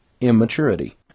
immaturity